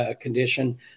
condition